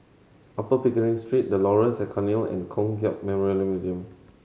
Upper Pickering Street The Laurels at Cairnhill and Kong Hiap Memorial Museum